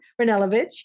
Ranelovich